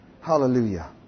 Hallelujah